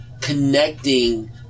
connecting